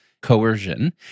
coercion